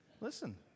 Listen